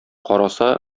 караса